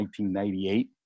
1998